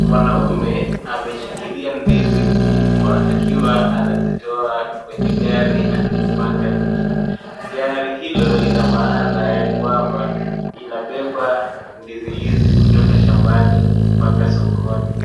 Mwanaume ameshikilia ndizi kubwa, akiwa anazitoa kwenye gari akizipanga nje. Gari hilo lina maana ya kwamba, inabeba ndizi hizi kutoka shambani mpaka sokoni.